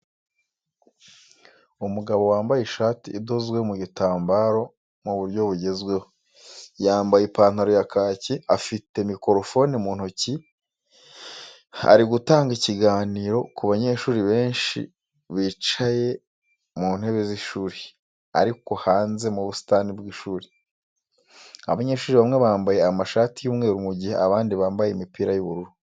Umugabo wambaye ishati idozwe mu gitambaro mu buryo bugezweho, yambaye ipantaro ya kaki, afite mikorofone mu ntoki ari gutanga ikiganiro ku banyeshuri benshi bicaye mu ntebe z'ishuri ariko hanze mu busitani bw'ishuri. Abanyeshuri bamwe bambaye amashati y'umweru mu gihe abandi bambaye imipira y'ubururu.